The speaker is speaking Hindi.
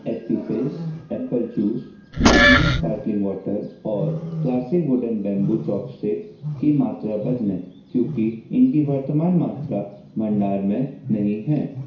Appy Fizz apple juice Himalayan sparkling water और क्लासिक वुडेन बेम्बू चॉपस्टिक की मात्रा बदलें क्योंकि उनकी वर्तमान मात्रा भंडार में नहीं है